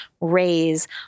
raise